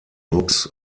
books